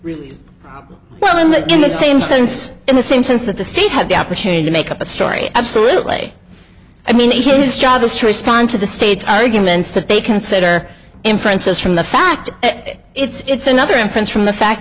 really well in the in the same sense in the same sense that the state had the opportunity to make up a story absolutely i mean his job was to respond to the state's arguments that they consider inferences from the fact that it's another inference from the fact